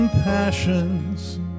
Passions